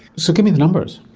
so give me the numbers.